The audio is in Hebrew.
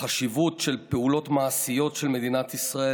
בחשיבות של פעולות מעשיות של מדינת ישראל